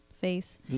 face